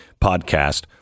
podcast